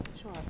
Sure